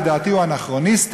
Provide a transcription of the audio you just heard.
לדעתי הוא אנכרוניסטי,